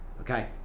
okay